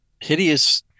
hideous